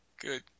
good